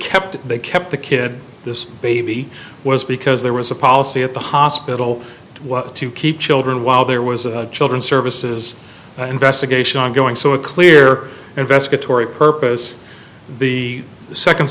kept they kept the kid this baby was because there was a policy at the hospital was to keep children while there was a children's services investigation ongoing so a clear investigatory purpose the second